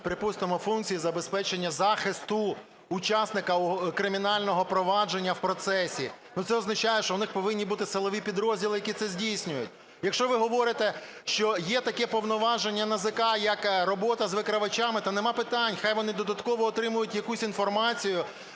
припустимо, функції забезпечення захисту учасника кримінального провадження в процесі. Ну, це означає, що в них повинні бути силові підрозділи, які це здійснюють. Якщо ви говорите, що є таке повноваження НАЗК, як робота з викривачами, та нема питань, хай вони додатково отримують якусь інформацію,